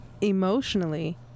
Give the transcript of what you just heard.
emotionally